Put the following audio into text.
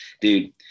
Dude